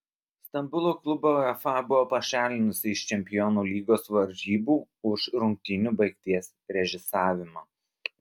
stambulo klubą uefa buvo pašalinusi iš čempionų lygos varžybų už rungtynių baigties režisavimą